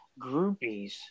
groupies